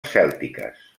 cèltiques